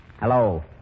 Hello